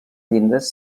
llindes